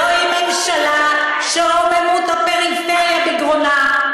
זו ממשלה שרוממות הפריפריה בגרונה,